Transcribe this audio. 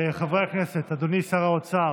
חברי הכנסת, אדוני שר האוצר.